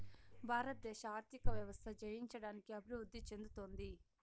భారతదేశ ఆర్థిక వ్యవస్థ జయించడానికి అభివృద్ధి చెందుతోంది